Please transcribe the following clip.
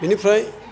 बिनिफ्राय